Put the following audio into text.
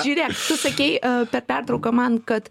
žiūrėk tu sakei per pertrauką man kad